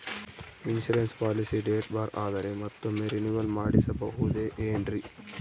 Insurance policy date ಬಾರ್ ಆದರೆ ಮತ್ತೊಮ್ಮೆ ರಿನಿವಲ್ ಮಾಡಿಸಬಹುದೇ ಏನ್ರಿ?